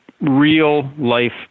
real-life